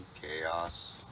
chaos